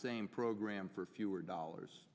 same program for fewer dollars